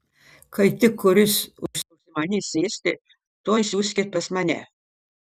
kai tik kuris užsimanys ėsti tuoj siųskit pas mane